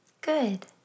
Good